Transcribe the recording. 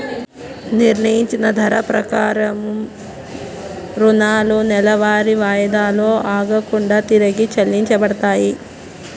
నిర్ణయించిన ధర ప్రకారం రుణాలు నెలవారీ వాయిదాలు ఆగకుండా తిరిగి చెల్లించబడతాయి